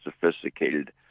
sophisticated